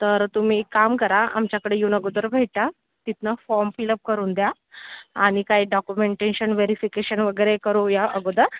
तर तुम्ही एक काम करा आमच्याकडं येऊन अगोदर भेटा तिथनं फॉर्म फिलअप करून द्या आणि काही डॉक्युमेंटशन वेरीफिकेशन वगैरे करूया अगोदर